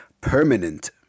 permanent